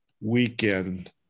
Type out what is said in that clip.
weekend